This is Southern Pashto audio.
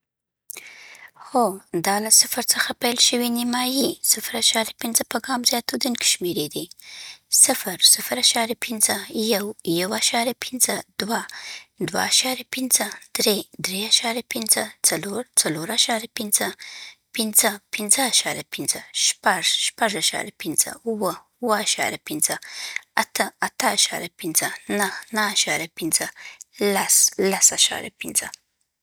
هو، دا له صفر څخه پیل شوي نیمایي صفر اعشاريه په ګام زیاتېدونکي شمېرې دي: صفر صفر اعشاريه پنځه یو یو اعشاريه پنځه دوه دوه اعشاريه پنځه درې درې اعشاريه پنځه څلور څلور اعشاريه پنځه پنځه پنځه اعشاريه پنځه شپږ شپږ اعشاريه پنځه اووه اووه اعشاريه پنځه اته اته اعشاريه پنځه نهه نهه اعشاريه پنځه لس